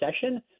session